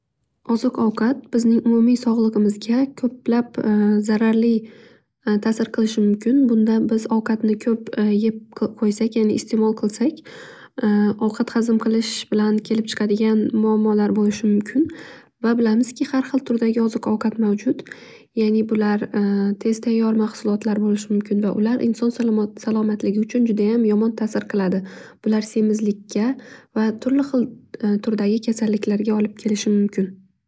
Oziq ovqat bizning umimiy sog'ligimizga ko'plab zarali tasir qilishi mumkin. Bunda biz ovqatni ko'p yeb qo'ysak ya'ni istemol qilsak ovqat hazm qilish bilan kelib chiqadigan muammolar bo'lishi mumkin. Va bilamizki har xil turdagi oziq ovqat mavjud. Tez tayyor mahsulotlat bo'lishi mumkin va ular inson salomatligiga judayam yomon tasir qiladi ular semizlikka va turli xil turdagi kasalliklarga olib kelishi mumkin.